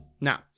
Now